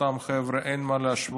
אותם חבר'ה, אין מה להשוות.